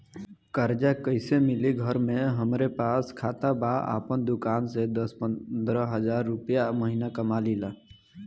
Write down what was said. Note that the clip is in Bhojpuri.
कर्जा कैसे मिली घर में हमरे पास खाता बा आपन दुकानसे दस पंद्रह हज़ार रुपया महीना कमा लीला?